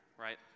right